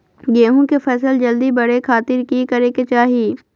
गेहूं के फसल जल्दी बड़े खातिर की करे के चाही?